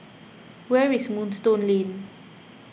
where is Moonstone Lane